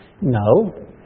No